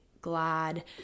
glad